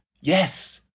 yes